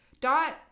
Dot